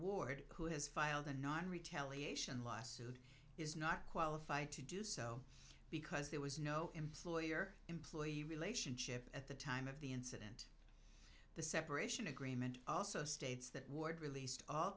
ward who has filed a non retaliation lawsuit is not qualified to do so because there was no employer employee relationship at the time of the incident the separation agreement also states that ward released all